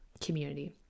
community